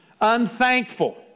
Unthankful